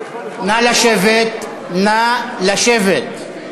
נא לשבת, נא לשבת.